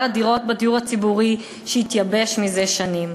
הדירות בדיור הציבורי שהתייבש מזה שנים".